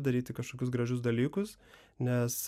daryti kažkokius gražius dalykus nes